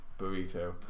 burrito